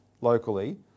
locally